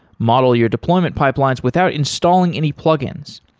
model your deployment pipelines without installing any plug-ins.